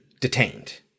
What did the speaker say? detained